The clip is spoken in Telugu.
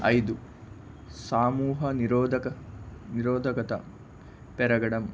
ఐదు సమూహ నిరోధక నిరోధకత పెరగడం